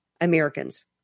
Americans